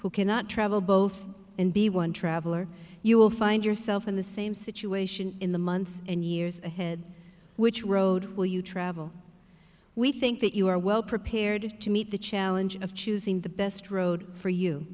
who cannot travel both and be one traveler you will find yourself in the same situation in the months and years ahead which road will you travel we think that you are well prepared to meet the challenge of choosing the best road for you